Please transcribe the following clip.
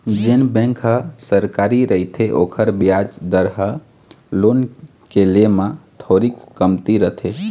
जेन बेंक ह सरकारी रहिथे ओखर बियाज दर ह लोन के ले म थोरीक कमती रथे